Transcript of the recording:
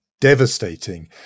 devastating